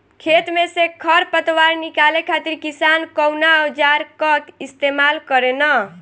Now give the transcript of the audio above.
खेत में से खर पतवार निकाले खातिर किसान कउना औजार क इस्तेमाल करे न?